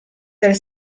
del